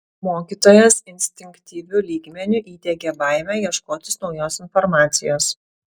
mokytojas instinktyviu lygmeniu įdiegė baimę ieškotis naujos informacijos